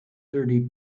thirty